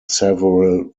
several